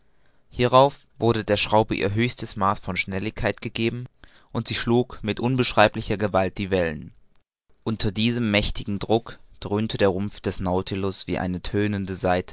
hierauf wurde der schraube ihr höchstes maß von schnelligkeit gegeben und sie schlug mit unbeschreiblicher gewalt die wellen unter diesem mächtigen druck dröhnte der rumpf des nautilus wie eine tönende